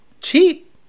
cheap